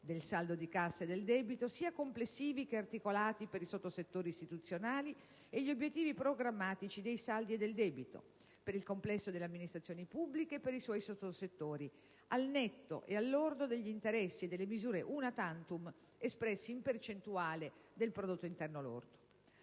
del saldo di cassa e del debito, sia complessivi che articolati per i sottosettori istituzionali, e gli obiettivi programmatici dei saldi e del debito per il complesso delle amministrazioni pubbliche e per i suoi sottosettori, al netto e al lordo degli interessi e delle misure *una tantum*, espressi in percentuale del prodotto interno lordo.